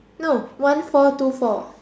no one four two four